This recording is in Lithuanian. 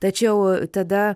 tačiau tada